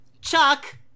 Chuck